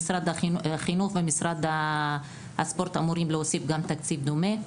משרד החינוך ומשרד הספורט אמורים להוסיף גם תקציב דומה.